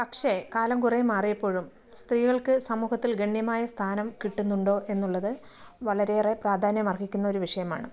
പക്ഷേ കാലം കുറേ മാറിയപ്പോഴും സ്ത്രീകൾക്ക് സമൂഹത്തിൽ ഗണ്യമായ സ്ഥാനം കിട്ടുന്നുണ്ടോ എന്നുള്ളത് വളരെ ഏറെ പ്രാധാന്യമർഹിക്കുന്ന ഒരു വിഷയമാണ്